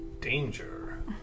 danger